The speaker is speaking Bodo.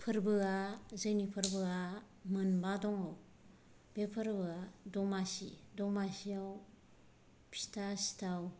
फोरबोया जोंनि फोरबोया मोनबा दङ बे फोरबाया दमासि दमासियाव फिथा सिथाव